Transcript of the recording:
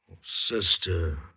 sister